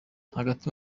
hagati